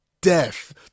death